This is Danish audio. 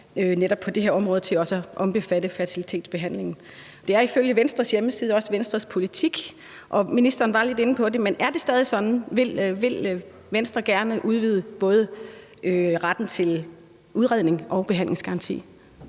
netop det her område til også at omfatte fertilitetsbehandlingen. Og det er ifølge Venstres hjemmeside også Venstres politik, og ministeren var lidt inde på det, men er det stadig sådan? Vil Venstre gerne udvide både retten til udredning og behandlingsgarantien